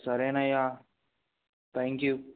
సరేనయ్య thank you